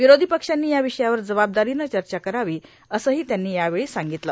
विरोधी पक्षानं या विषयावर जबाबदारीनं चर्चा करावी असंही त्यांनी यावेळी सांगितलं